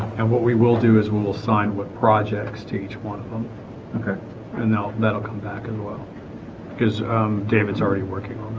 and what we will do is we'll sign what projects one of them okay and now that'll come back as well because david's already working